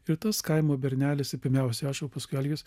ir tas kaimo bernelistai pirmiausia aš o paskui algis